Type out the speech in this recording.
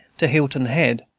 to hilton head,